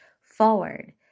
forward